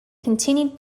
continued